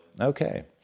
Okay